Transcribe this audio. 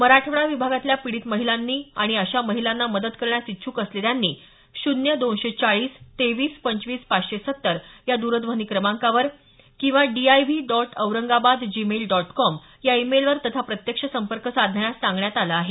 मराठवाडा विभागातल्या पीडित महिलांनी आणि अशा महिलांना मदत करण्यास इच्छ्क असलेल्यांनी शून्य दोनशे चाळीस तेवीस पंचवीस पाचशे सत्तर या द्रध्वनी क्रमांकावर किंवा D I V dot Aurangabad Gmail dot com या ईमेलवर तथा प्रत्यक्ष संपर्क साधण्यास सांगण्यात आलं आहे